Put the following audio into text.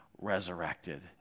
resurrected